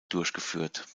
durchgeführt